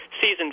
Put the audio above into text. season